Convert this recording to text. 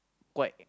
quite